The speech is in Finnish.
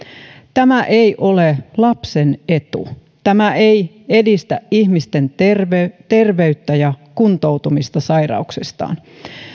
tämä ei ole lapsen etu tämä ei edistä ihmisten terveyttä terveyttä ja kuntoutumista sairauksistaan